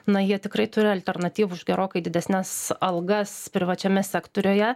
na jie tikrai turi alternatyvų už gerokai didesnes algas privačiame sektoriuje